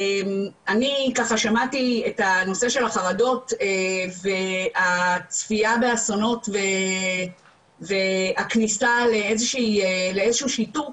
אני שמעתי את הנושא של החרדות והצפייה באסונות והכניסה לאיזשהו שיתוק,